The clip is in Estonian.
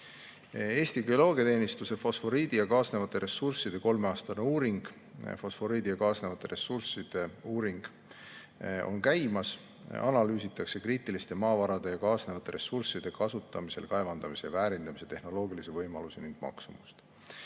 Eesti Geoloogiateenistuse fosforiidi ja kaasnevate ressursside kolmeaastane uuring on käimas, analüüsitakse kriitiliste maavarade ja kaasnevate ressursside kasutamisel kaevandamise ja väärindamise tehnoloogilisi võimalusi ning maksumust.